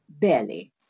barely